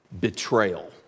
Betrayal